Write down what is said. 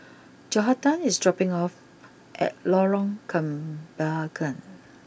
Johathan is dropping off at Lorong Kembagan